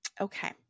Okay